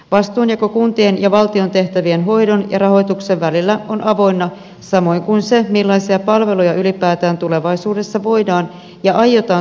vastuunjako kuntien ja valtion tehtävien hoidon ja rahoituksen välillä on avoinna samoin kuin se millaisia palveluja ylipäätään tulevaisuudessa voidaan ja aiotaan suomalaisille turvata